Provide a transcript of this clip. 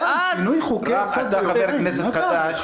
אתה חבר הכסת חדש.